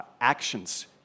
actions